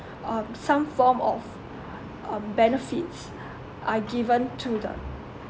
um some form of um benefits are given to the